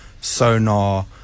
sonar